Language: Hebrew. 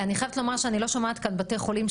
אני חייבת לומר שאני לא שומעת כאן בתי חולים,